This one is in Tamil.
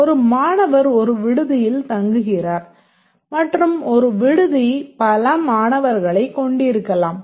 ஒரு மாணவர் ஒரு விடுதியில் தங்குகிறார் மற்றும் ஒரு விடுதி பல மாணவர்களைக் கொண்டிருக்கலாம்